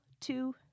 Two